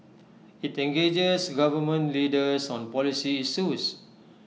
IT engages government leaders on policy issues